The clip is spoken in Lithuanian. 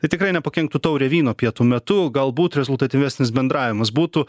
tai tikrai nepakenktų taurė vyno pietų metu galbūt rezultatyvesnis bendravimas būtų